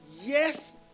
Yes